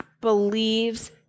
believes